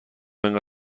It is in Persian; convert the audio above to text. انقدر